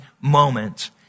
moment